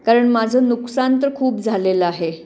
कारण माझं नुकसान तर खूप झालेलं आहे